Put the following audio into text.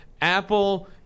Apple